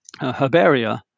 herbaria